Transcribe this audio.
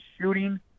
shooting